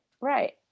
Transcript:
right